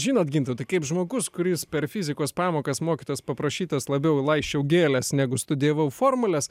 žinot gintautai kaip žmogus kuris per fizikos pamokas mokytojos paprašytas labiau laisčiau gėles negu studijavau formules